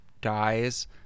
dies